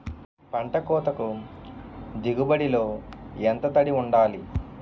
పంట కోతకు దిగుబడి లో ఎంత తడి వుండాలి?